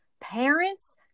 parents